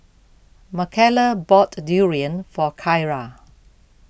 Makayla bought Durian for Kyra